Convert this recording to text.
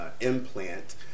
implant